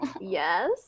Yes